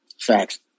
facts